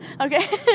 Okay